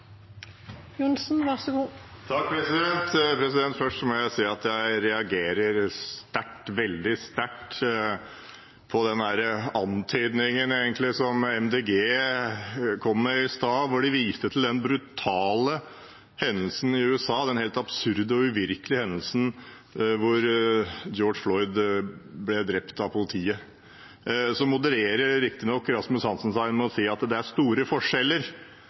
egentlig kom med i stad, da de viste til den brutale hendelsen i USA, den helt absurde og uvirkelige hendelsen hvor George Floyd ble drept av politiet. Så modererer riktignok Rasmus Hansson seg ved å si at det er store forskjeller.